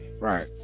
Right